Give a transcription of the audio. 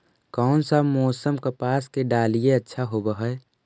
कोन सा मोसम कपास के डालीय अच्छा होबहय?